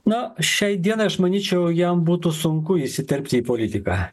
na šiai dienai aš manyčiau jam būtų sunku įsiterpti į politiką